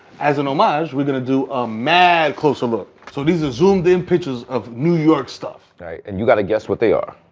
as an homage, we're going to do a mad closer look. so these are zoomed-in pictures of new york stuff. right. and you got to guess what they are.